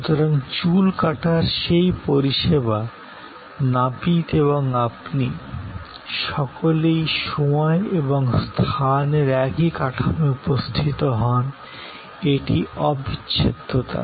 সুতরাং চুল কাটার সেই পরিষেবা নাপিত এবং আপনি সকলেই সময় এবং স্থানের একই কাঠামোয় উপস্থিত হন এটি অবিচ্ছেদ্যতা